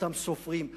אותם סופרים,